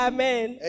Amen